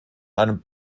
einem